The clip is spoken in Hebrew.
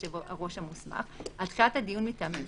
יושב הראש המוסמך) על דחיית הדיון מטעמים שיירשמו: